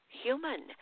human